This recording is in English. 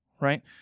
right